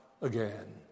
again